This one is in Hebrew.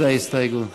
ההסתייגות (14)